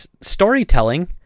Storytelling